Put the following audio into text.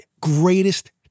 greatest